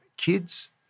kids